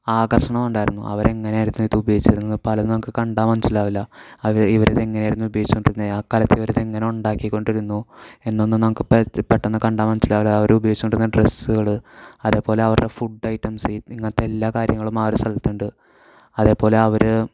ആകർഷണം ഉണ്ടായിരുന്നു അവർ എങ്ങനെ ആയിരുന്നു ഇത് ഉപയോഗിച്ചിരുന്നത് പലതും നമുക്ക് കണ്ടാൽ മനസ്സിലാവില്ല അവർ ഇവർ ഇത് എങ്ങനെയായിരുന്നു ഉപയോഗിച്ചുകൊണ്ടിരുന്നത് ആ കാലത്ത് ഇവർ ഇതെങ്ങനെ ഉണ്ടാക്കിക്കൊണ്ടിരുന്നു എന്നൊന്നും നമുക്ക് പെട്ടെന്ന് കണ്ടാൽ മനസ്സിലാവില്ല അവർ ഉപയോഗിച്ചുകൊണ്ടിരുന്ന ഡ്രസ്സ്കൾ അതേപോലെ അവരുടെ ഫുഡ് ഐറ്റംസ് ഇങ്ങനെത്തെ എല്ലാ കാര്യങ്ങളും ആ ഒരു സ്ഥലത്തുണ്ട് അതേപോലെ അവർ